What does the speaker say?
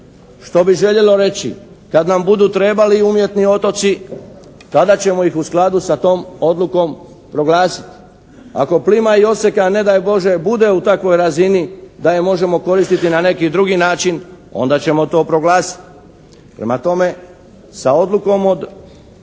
što bi željelo reći kad nam budu trebali umjetni otoci tada ćemo ih u skladu sa tom odlukom proglasiti. Ako plima i oseka ne daj Bože bude u takvoj razini da je možemo koristiti na neki drugi način onda ćemo to proglasiti.